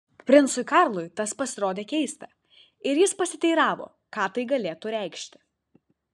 princui karlui tas pasirodė keista ir jis pasiteiravo ką tai galėtų reikšti